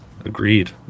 Agreed